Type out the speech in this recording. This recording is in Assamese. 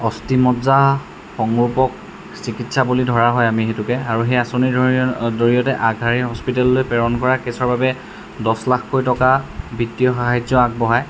অষ্টি মজ্জা সংৰূপক চিকিৎসা বুলি ধৰা হয় আমি সেইটোকে আৰু সেই আঁচনি জৰিয়তে আগশাৰীৰ হস্পিটেললৈ প্ৰেৰণ কৰা কেচৰ বাবে দহ লাখকৈ টকা বৃত্তিয় সাহাৰ্য আগবঢ়ায়